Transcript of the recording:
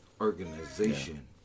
organization